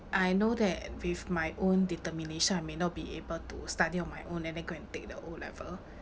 I know that with my own determination I may not be able to study on my own and then go and take the O level